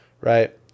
right